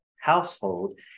household